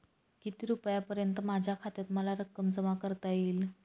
किती रुपयांपर्यंत माझ्या खात्यात मला रक्कम जमा करता येईल?